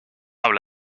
habla